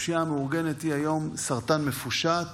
הפשיעה המאורגנת היא היום סרטן מפושט